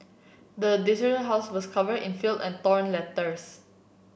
the desolated house was covered in fill and letters